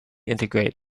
integrate